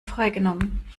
freigenommen